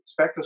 Spectroscopy